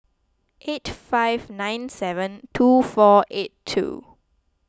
eight five nine seven two four eight two